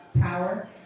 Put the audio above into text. power